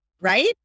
Right